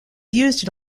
used